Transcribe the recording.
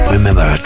Remember